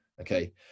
okay